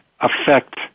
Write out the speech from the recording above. affect